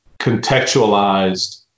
contextualized